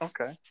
Okay